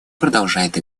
продолжает